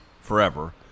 forever